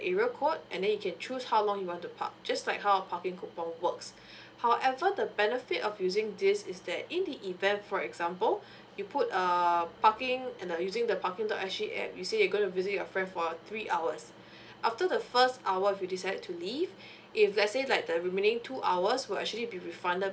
area code and then you can choose how long you want to park just like how a parking coupon works however the benefit of using this is that in the event for example you put um parking and then using the parking dot s g app let's say you going to visit your friend for three hours after the first hour if you decided to leave if let's say like the remaining two hours will actually be refunded